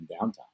downtime